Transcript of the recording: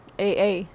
AA